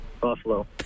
Buffalo